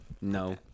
No